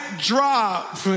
drop